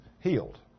healed